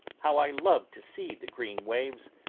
how i loved to see the green waves,